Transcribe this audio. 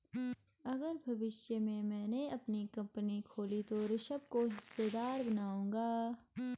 अगर भविष्य में मैने अपनी कंपनी खोली तो ऋषभ को हिस्सेदार बनाऊंगा